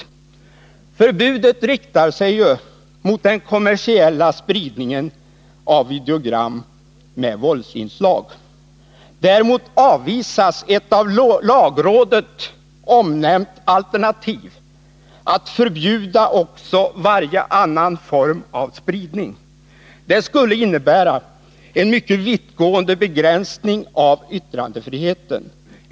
Förbudet riktar sig mot den kommersiella spridningen av videogram med våldsinslag. Däremot avvisas ett av lagrådet omnämnt alternativ att förbjuda också varje annan form av spridning. Det skulle innebära en mycket vittgående begränsning av yttrandefriheten.